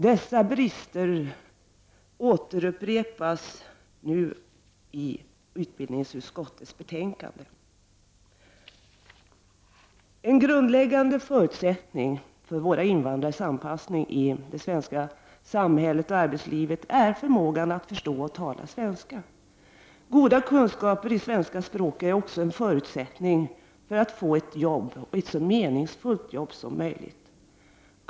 Dessa brister återupprepas nu i utbildningsutskottets betänkande. En grundläggande förutsättning för våra invandrares anpassning i det svenska samhället och arbetslivet är förmågan att förstå och tala svenska. 'Goda kunskaper i svenska språket är också en förutsättning för att invandraren skall få ett arbete och ett så meningsfullt arbete som möjligt.